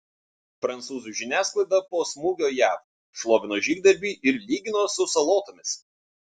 prancūzų žiniasklaida po smūgio jav šlovino žygdarbį ir lygino su salotomis